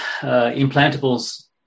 implantables